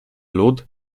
lud